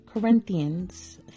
Corinthians